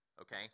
okay